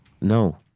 No